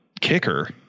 kicker